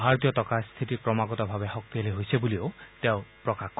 ভাৰতীয় টকাৰ স্থিতি ক্ৰমাগতভাৱে শক্তিশালী হৈছে বুলিও তেওঁ প্ৰকাশ কৰে